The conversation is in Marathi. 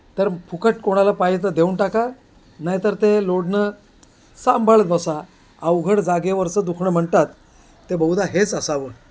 तर फुकट कोणाला पाये तर देऊन टाका नाहीतर ते लोढणं सांभाळत बसा अवघड जागेवरचं दुखणं म्हणतात ते बहुदा हेच असावं